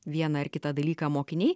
vieną ar kitą dalyką mokiniai